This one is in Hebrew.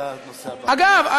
אגב,